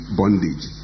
bondage